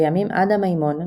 לימים עדה מימון,